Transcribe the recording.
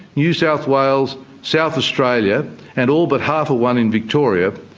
new south wales, south australia and all but half of one in victoria,